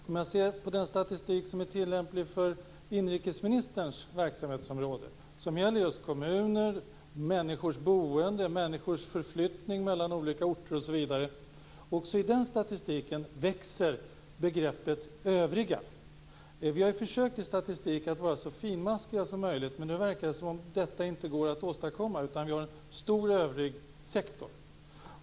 Om jag ser på den statistik som är tillämplig för inrikesministerns verksamhetsområde - som gäller just kommuner, människors boende, människors förflyttning mellan olika orter osv. - så växer också där begreppet övriga. Vi har försökt att i statistiken vara så finmaskiga som möjligt, men nu verkar det som om detta inte går att åstadkomma. Vi har en stor övrigsektor.